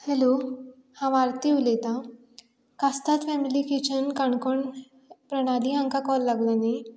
hello हांव आरती उलयतां कास्ताद फॅमिली किचन काणकोण प्रणाली हांकां काॅल लागला न्ही